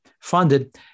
funded